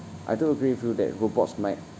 I do agree with you that robots might